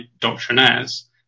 doctrinaires